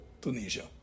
Tunisia